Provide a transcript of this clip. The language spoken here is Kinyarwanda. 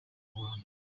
rwanda